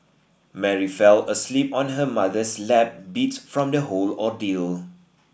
Mary fell asleep on her mother's lap beat from the whole ordeal